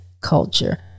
culture